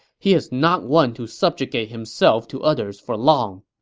he is not one to subjugate himself to others for long.